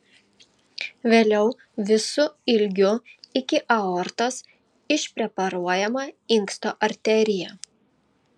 vėliau visu ilgiu iki aortos išpreparuojama inksto arterija